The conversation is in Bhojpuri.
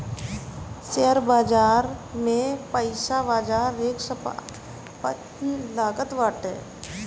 शेयर बाजार में पईसा बाजार रिस्क पअ लागत बाटे